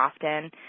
often